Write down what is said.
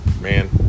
Man